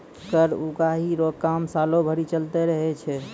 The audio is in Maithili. कर उगाही रो काम सालो भरी चलते रहै छै